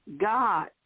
God